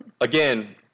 again